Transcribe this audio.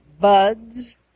Buds